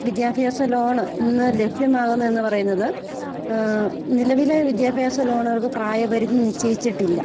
വിദ്യാഭ്യാസ ലോണ് ഇന്ന് ലഭ്യമാകുന്നത് എന്ന് പറയുന്നത് നിലവിലെ വിദ്യാഭ്യാസ ലോണ്കൾക്ക് പ്രായപരിധി നിശ്ചയിച്ചിട്ടില്ല